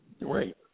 Right